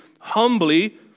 humbly